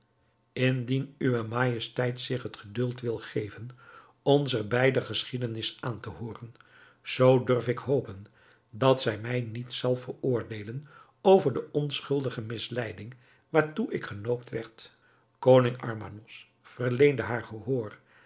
indien uwe majesteit zich het geduld wil geven onzer beider geschiedenis aan te hooren zoo durf ik hopen dat zij mij niet zal veroordeelen over de onschuldige misleiding waartoe ik genoopt werd koning armanos verleende haar gehoor